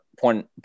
point